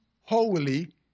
holy